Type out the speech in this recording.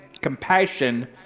compassion